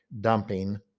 dumping